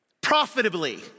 Profitably